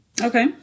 Okay